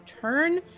turn